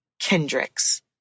Kendricks